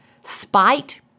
spite